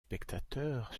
spectateur